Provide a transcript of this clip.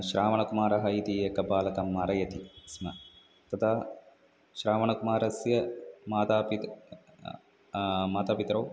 श्रावणकुमारः इति एकं बालकं मारयति स्म तदा श्रावणकुमारस्य मातापितुः मातापितरौ